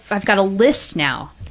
i've got a list now.